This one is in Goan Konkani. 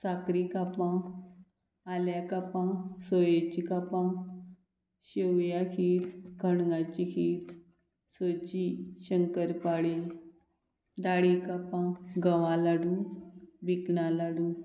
साकरी कापां आल्या कापां सोयेचीं कापां शेवया खीर खणगांची खीर सची शंकर पाळी दाळी कापां घवा लाडू विकना लाडू